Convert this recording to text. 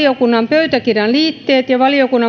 pöytäkirjan liitteet ja valiokunnan